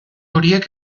horiek